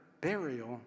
burial